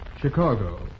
Chicago